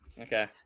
Okay